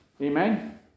Amen